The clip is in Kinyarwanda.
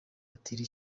iri